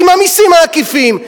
עם המסים העקיפים.